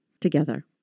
together